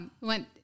went